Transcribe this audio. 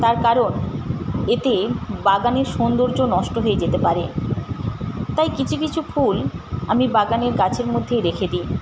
তার কারণ এতে বাগানের সৌন্দর্য নষ্ট হয়ে যেতে পারে তাই কিছু কিছু ফুল আমি বাগানে গাছের মধ্যে রেখে দিই